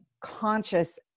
conscious